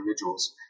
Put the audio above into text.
individuals